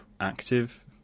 active